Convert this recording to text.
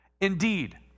Indeed